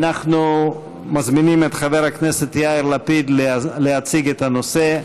ואנחנו מזמינים את חבר הכנסת יאיר לפיד להציג את הנושא.